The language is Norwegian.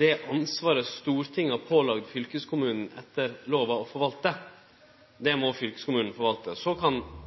det ansvaret Stortinget etter lova har pålagt fylkeskommunen å forvalte, må fylkeskommunen forvalte. Så kan